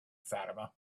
fatima